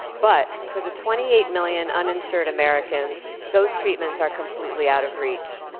but, for the twenty eight million uninsured americans, those treatments are completely out of reach.